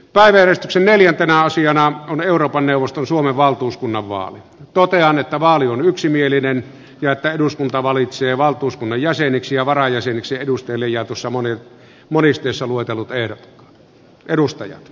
päivänäytöksen neljäntenä asiana on euroopan neuvoston suomen valtuuskunnan vaali totean että vaali on yksimielinen ja että eduskunta valitsee valtuuskunnan jäseniksi ja varajäseniksi tiedustelijat osa monen maristessa luetellut eeron edustaja